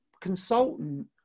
consultant